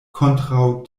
kontraŭ